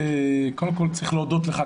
קודם כל צריך להודות לך,